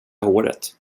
håret